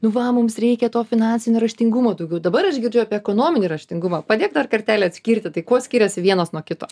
nu va mums reikia to finansinio raštingumo daugiau dabar aš girdžiu apie ekonominį raštingumą padėk dar kartelį atskirti tai kuo skiriasi vienas nuo kito